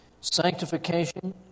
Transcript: Sanctification